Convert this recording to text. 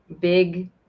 big